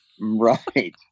right